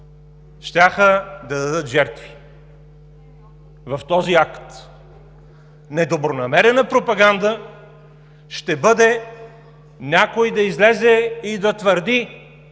щяха да дадат жертви в този акт. Недобронамерена пропаганда ще бъде някой да излезе и да твърди,